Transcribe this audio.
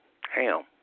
Ham